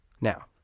Now